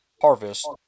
Harvest